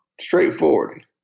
straightforward